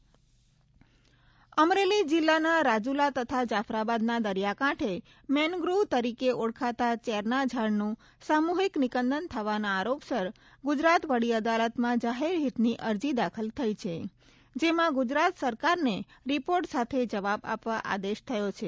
Amreli mangrove નિકંદન અમરેલી જિલ્લાના રાજુલા તથા જાફરાબાદના દરિયાકાંઠે મેનગ્રુવ તરીકે ઓળખાતા ચેરના ઝાડનું સામુહિક નિકંદન થવાના આરોપસર ગુજરાત વડી અદાલતમાં જાહેર હિતની અરજી દાખલ થઇ છે જેમાં ગુજરાત સરકારને રીપોર્ટ સાથે જવાબ આપવા આદેશ થયો છે